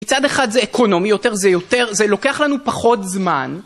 מצד אחד זה אקונומי, יותר זה יותר, זה לוקח לנו פחות זמן.